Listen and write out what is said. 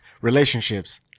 Relationships